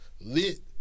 lit